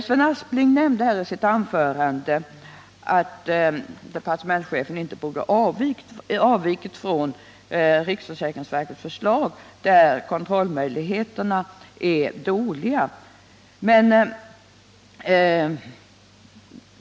Sven Aspling sade att departementschefen inte borde ha avvikit från riksförsäkringsverkets förslag, eftersom kontrollmöjligheterna blir sämre.